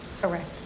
Correct